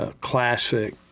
classic